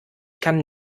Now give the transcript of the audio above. kann